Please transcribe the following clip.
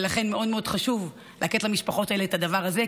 ולכן מאוד מאוד חשוב לתת למשפחות את הדבר הזה,